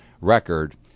record